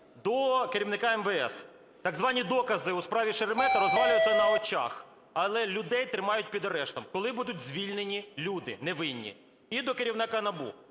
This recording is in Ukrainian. До керівника МВС. Так звані докази у справі Шеремета розвалюється на очах, але людей тримають під арештом. Коли будуть звільнені люди невинні? І до керівника НАБУ.